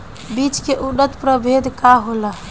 बीज के उन्नत प्रभेद का होला?